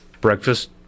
Breakfast